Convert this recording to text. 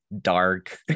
dark